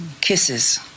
kisses